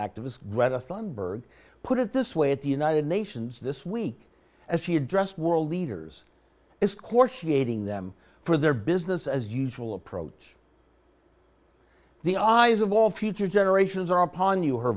activists whether thunderbird put it this way at the united nations this week as he addressed world leaders as core she ating them for their business as usual approach the eyes of all future generations are upon you her